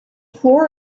floor